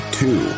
two